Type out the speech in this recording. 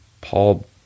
paul